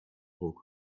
ruck